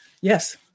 Yes